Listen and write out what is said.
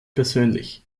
persönlich